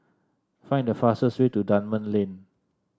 find the fastest way to Dunman Lane